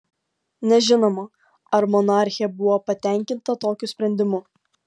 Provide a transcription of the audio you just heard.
nežinoma ar monarchė buvo patenkinta tokiu sprendimu